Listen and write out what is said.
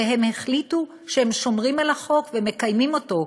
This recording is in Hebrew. והם החליטו שהם שומרים על החוק ומקיימים אותו,